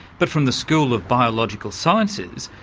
but from the school of biological sciences,